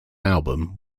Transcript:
album